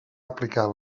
aplicar